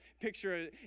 Picture